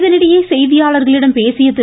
இதனிடையே செய்தியாளர்களிடம் பேசிய திரு